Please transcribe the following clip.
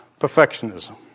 perfectionism